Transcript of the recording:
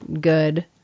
good